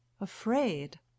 Afraid